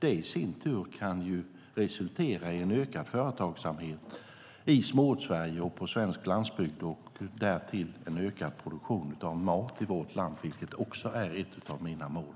Det i sin tur kan resultera i en ökad företagsamhet i Småortssverige och på svensk landsbygd och därtill en ökad produktion av mat i vårt land, vilket också är ett av mina mål.